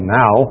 now